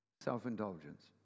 Self-indulgence